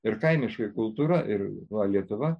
ir kaimiškoji kultūra ir va lietuva